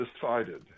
decided